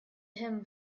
him